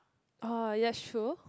oh yes true